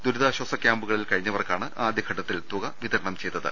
ദുരിതാശ്വാസ ക്യാമ്പുകളിൽ കഴിഞ്ഞ വർക്കാണ് ആദ്യഘട്ടത്തിൽ തുക വിതരണം ചെയ്തത്